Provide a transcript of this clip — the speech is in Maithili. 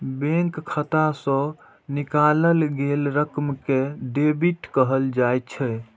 बैंक खाता सं निकालल गेल रकम कें डेबिट कहल जाइ छै